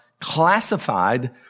classified